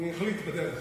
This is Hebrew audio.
אני אחליט בדרך.